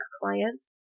clients